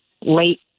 late